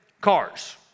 cars